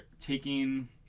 taking